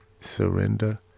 surrender